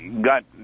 got